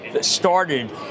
started